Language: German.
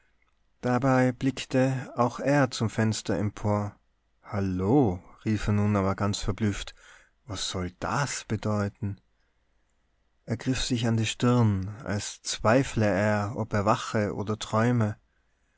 dabei blickte auch er zum fenster empor halloh rief er nun aber ganz verblüfft was soll das bedeuten er griff sich an die stirn als zweifle er ob er wache oder träume